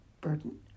burden